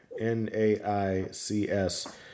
N-A-I-C-S